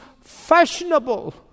fashionable